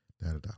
da-da-da